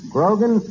Grogan